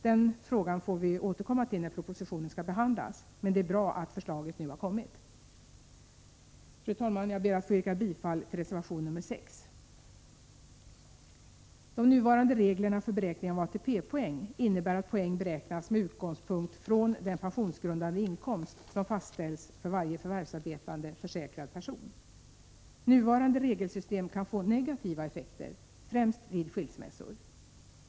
Den frågan får vi återkomma till när propositionen skall behandlas, men det är bra att förslaget nu har kommit. Fru talman! Jag ber att få yrka bifall till reservation 6. De nuvarande reglerna för beräkning av ATP-poäng innebär att poäng beräknas med utgångspunkt från den pensionsgrundande inkomst som fastställs för varje förvärvsarbetande försäkrad person. Nuvarande regelsystem kan få negativa effekter främst vid skilsmässor.